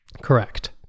correct